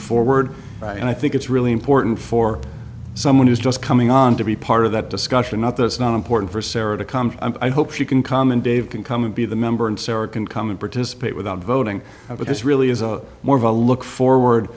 forward and i think it's really important for someone who's just coming on to be part of that discussion not that it's not important for sarah to come i hope she can come and dave can come and be the member and sarah can come and participate without voting but this really is a more of a look forward